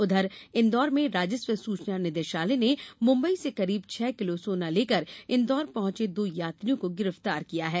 उधर इंदौर में राजेस्व सूचना निदेशालय ने मुंबई से करीब छह किलो सोना लेकर इंदौर पहुंचे दो यात्रियों को गिरफ्तार किया है